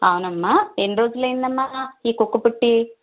అవునమ్మా ఎన్ని రోజులు అయ్యిందమ్మా ఈ కుక్క పుట్టి